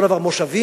אותו דבר מושבים.